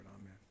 Amen